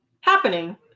happening